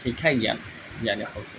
শিক্ষাই জ্ঞান জ্ঞানেই শক্তি